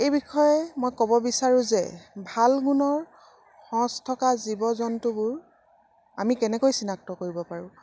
এই বিষয়ে মই ক'ব বিচাৰোঁ যে ভাল গুণৰ সঁচ থকা জীৱ জন্তুবোৰ আমি কেনেকৈ চিনাক্ত কৰিব পাৰোঁ